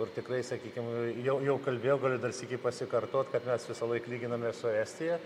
kur tikrai sakykim jau jau kalbėjau galiu dar sykį pasikartot kad mes visąlaik lyginamės su estija